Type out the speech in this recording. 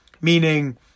meaning